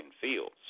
Fields